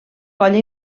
colla